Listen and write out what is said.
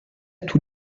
tous